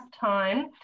time